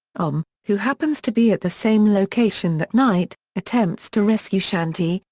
om, who happens to be at the same location that night, attempts to rescue shanti,